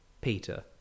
peter